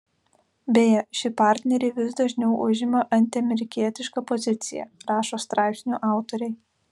beje ši partnerė vis dažniau užima antiamerikietišką poziciją rašo straipsnių autoriai